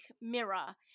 mirror